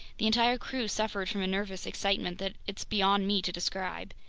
the entire crew suffered from a nervous excitement that it's beyond me to describe.